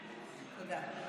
תודה.